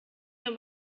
nur